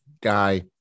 guy